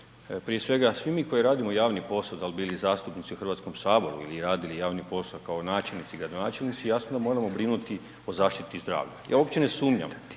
prije svega svi mi koji radimo javni posao, dal bili zastupnici u HS ili radili javni posao kao načelnici i gradonačelnici jasno moramo brinuti o zaštiti zdravlja. Ja uopće ne sumnjam